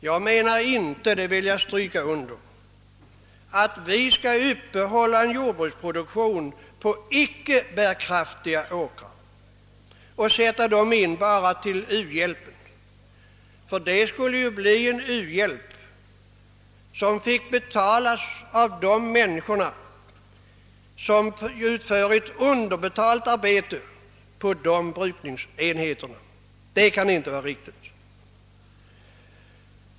Jag menar inte, det vill jag understryka, att vi med hänsyn till uhjälpen skulle uppehålla jordbruksproduktion på icke bärkraftiga åkrar — en sådan u-hjälp skulle få bekostas av människor som utför ett underbetalt arbete på dessa brukningsenheter, och det kan inte vara riktigt.